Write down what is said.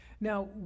Now